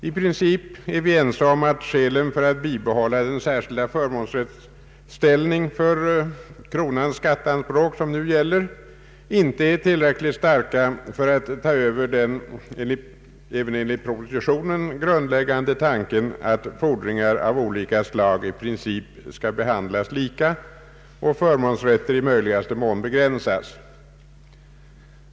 I princip är vi ense om att skälen för att bibehålla den särskilda förmånsställning för kronans skatteanspråk, som nu gäller, inte är tillräckligt starka för att ta över den även enligt propositionen grundläggande tanken, att fordringar av olika slag i princip bör behandlas lika och förmånsrätter i möjligaste mån begränsas.